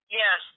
yes